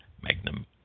magnum